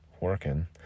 working